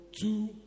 two